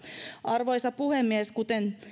arvoisa puhemies kuten